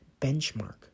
benchmark